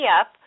up